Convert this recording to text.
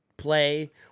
play